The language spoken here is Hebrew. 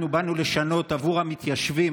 אנחנו באנו לשנות עבור המתיישבים,